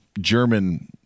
German